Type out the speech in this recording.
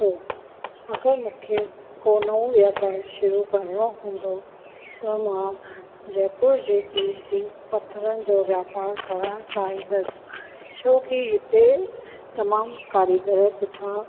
थो अगरि मूंखे को नओं वापारु शुरू करिणो हुंदो त मां जयपुर जे क़ीमती पथरनि जो वापारु करणु चाहींदसि छो जो हिते तमामु कारीगर सुठा